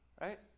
right